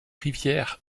rivières